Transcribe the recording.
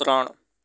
ત્રણ